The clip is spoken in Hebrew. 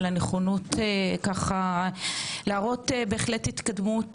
על הנכונות להראות התקדמות,